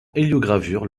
héliogravure